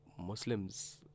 Muslims